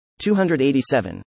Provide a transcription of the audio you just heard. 287